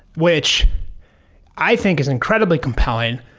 which i think is incredibly compelling.